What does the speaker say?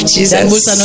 Jesus